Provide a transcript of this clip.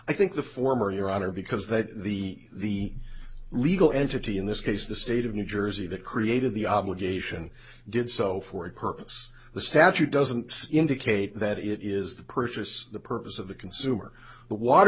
i think the former your honor because that the legal entity in this case the state of new jersey that created the obligation did so for a purpose the statute doesn't indicate that it is the purchase the purpose of the consumer the water